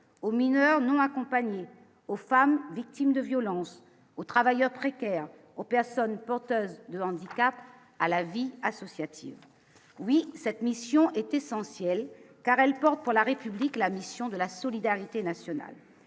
aux mineurs non accompagnés aux femmes victimes de violences aux travailleurs précaires aux personnes porteuses de handicap à la vie associative, oui, cette mission est essentielle car elle porte pour la République, la mission de la solidarité nationale